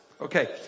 Okay